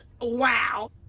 wow